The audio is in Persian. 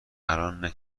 الانه